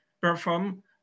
perform